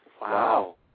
Wow